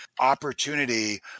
opportunity